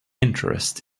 interest